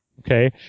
Okay